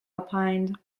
opined